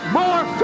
more